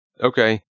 Okay